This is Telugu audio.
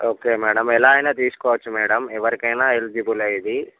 ఓకే మేడం ఎలా అయినా తీసుకోవచ్చు మేడం ఎవరికైనా ఎలిజిబులే ఇది